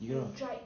you gonna